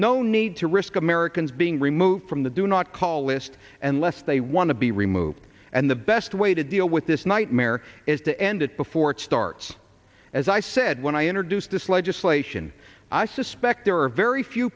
no need to risk americans being removed from the do not call list unless they want to be removed and the best way to deal with this nightmare is to end it before it starts as i said when i introduced this legislation i suspect there are very few